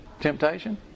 Temptation